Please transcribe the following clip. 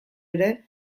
ere